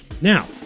Now